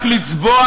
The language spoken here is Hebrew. רק לצבוע